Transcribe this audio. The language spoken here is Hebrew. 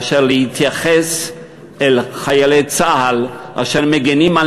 מאשר להתייחס אל חיילי צה"ל אשר מגינים על